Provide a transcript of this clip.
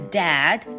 dad